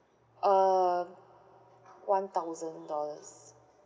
um one thousand dollars